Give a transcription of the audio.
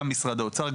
גם משרד האוצר,